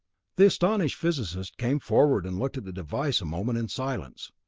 the astonished physicist came forward and looked at the device a moment in silence,